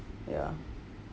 ya